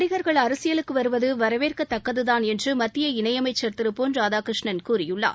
நடிகர்கள் அரசியலுக்கு வருவது வரவேற்கத்தக்கதுதான் என்று மத்திய இணையமைச்சர் திரு பொன் ராதாகிருஷ்ணன் கூறியுள்ளார்